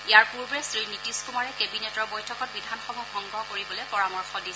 ইয়াৰ পূৰ্বে শ্ৰী নীতিশ কুমাৰে কেবিনেটৰ বৈঠকত বিধানসভা ভংগ কৰিবলৈ পৰামৰ্শ দিয়ে